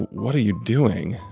what are you doing?